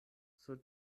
sur